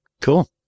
Cool